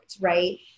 right